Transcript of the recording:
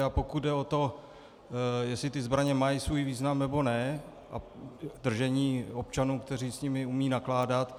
A pokud jde o to, jestli ty zbraně mají svůj význam, nebo ne v držení občanů, kteří s nimi umějí nakládat.